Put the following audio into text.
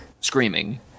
screaming